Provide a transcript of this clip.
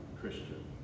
Christian